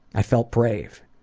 i felt brave.